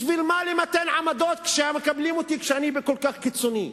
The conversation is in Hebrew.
בשביל מה למתן עמדות כשהם מקבלים אותי כשאני כל כך קיצוני?